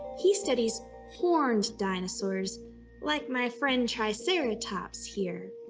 he studies horned dinosaurs like my friend triceratops here.